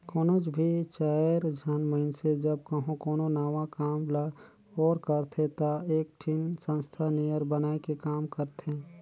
कोनोच भी चाएर झन मइनसे जब कहों कोनो नावा काम ल ओर करथे ता एकठिन संस्था नियर बनाए के काम करथें